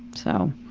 so,